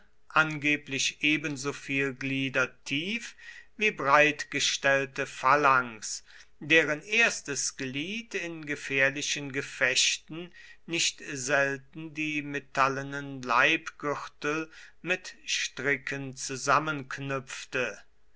angeblich ebensoviel glieder tief wie breit gestellte phalanx deren erstes glied in gefährlichen gefechten nicht selten die metallenen leibgürtel mit stricken zusammenknüpfte